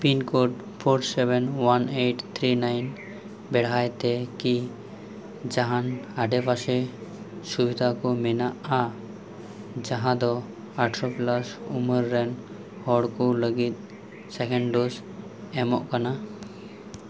pin code four seven one eight three nine ᱵᱮᱲᱦᱟᱭ ᱛᱮ ᱠᱤ ᱡᱟᱦᱟᱱ ᱟᱰᱮᱯᱟᱥᱮ ᱥᱩᱵᱤᱫᱷᱟ ᱠᱚ ᱢᱮᱱᱟᱜᱼᱟ ᱡᱟᱦᱟᱸ ᱫᱚ ᱟᱴᱷᱚᱨᱚ ᱯᱞᱟᱥ ᱩᱢᱟᱹᱨ ᱨᱮᱱ ᱦᱚᱲ ᱠᱚ ᱞᱟᱹᱜᱤᱫ ᱥᱮᱠᱮᱱᱰ ᱰᱚᱡᱽ ᱮᱢᱚᱜ ᱠᱟᱱᱟ